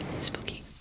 Spooky